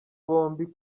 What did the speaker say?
bombi